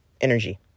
energy